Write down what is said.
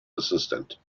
assistant